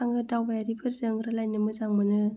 आङो दावबायारिफोरजों रायज्लायनो मोजां मोनो